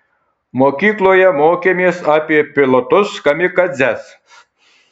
mokykloje mokėmės apie pilotus kamikadzes